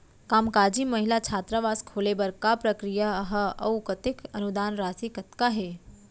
कामकाजी महिला छात्रावास खोले बर का प्रक्रिया ह अऊ कतेक अनुदान राशि कतका हे?